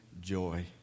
joy